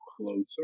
closer